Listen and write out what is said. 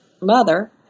mother